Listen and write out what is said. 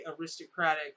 aristocratic